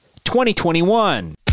2021